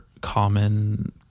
common